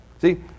See